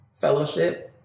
fellowship